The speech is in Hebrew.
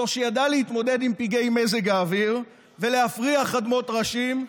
זאת שידעה להתמודד עם פגעי מזג האוויר ולהפריח אדמות טרשים,